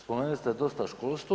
Spomenuli ste dosta školstvo.